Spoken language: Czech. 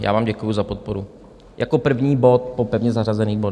Já vám děkuji za podporu jako první bod po pevně zařazených bodech.